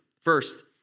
First